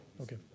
Okay